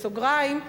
בסוגריים,